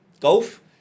Golf